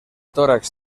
tòrax